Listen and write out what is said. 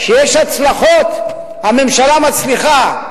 כשיש הצלחות הממשלה מצליחה,